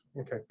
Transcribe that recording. Okay